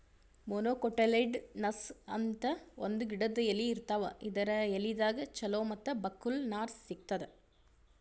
monocotyledonous ಅಂತ್ ಒಂದ್ ಗಿಡದ್ ಎಲಿ ಇರ್ತಾವ ಇದರ್ ಎಲಿದಾಗ್ ಚಲೋ ಮತ್ತ್ ಬಕ್ಕುಲ್ ನಾರ್ ಸಿಗ್ತದ್